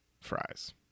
fries